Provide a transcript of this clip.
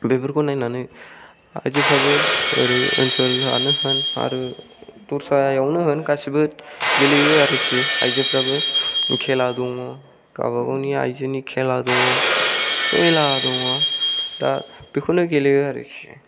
बेफोरखौ नायनानै आयजोफोराबो ओरै ओनसोलानो होन आरो दस्रायावनो होन गासैबो गेलेयो आरोखि आयजोफोराबो खेला दङ गावबा गावनि आयजोनि खेला दङ मेरला दङ दा बेखौलाय गेलेयो आरोखि